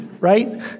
right